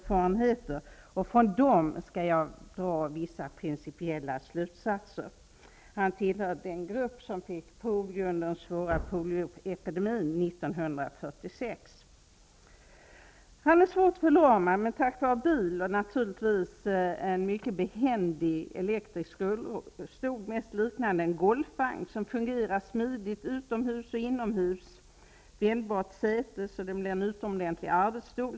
Från dessa erfarenheter skall jag dra vissa pricipiella slutsatser. Min bror tillhör den grupp som fick polio under den svåra polioepidemien 1946. Han är svårt förlamad men rör sig tack vare bil och en mycket behändig elektrisk rullstol, som mest liknar en golfvagn. Den fungerar smidigt både inomhus och utomhus har ett vändbart säte så att den kan användas som en utomordentlig arbetsstol.